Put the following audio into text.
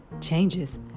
changes